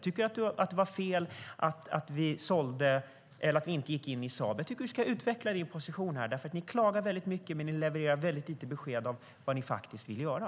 Var det fel att vi inte gick in i Saab? Jag tycker att du ska utveckla din position. Ni klagar nämligen väldigt mycket, men ni levererar väldigt lite besked om vad ni faktiskt vill göra.